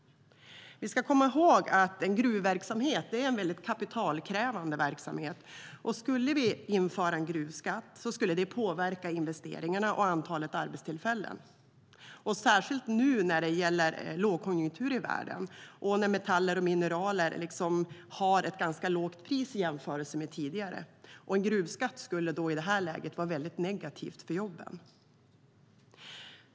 Vi ska komma ihåg att gruvverksamhet är en kapitalkrävande verksamhet. Om vi skulle införa en gruvskatt skulle det påverka investeringarna och antalet arbetstillfällen, särskilt nu när det är lågkonjunktur i världen och när metaller och mineraler har ett ganska lågt pris jämfört med tidigare. En gruvskatt skulle i det läget vara negativt för jobben.